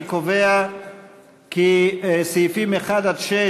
אני קובע כי סעיפים 1 6,